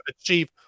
achieve